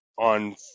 on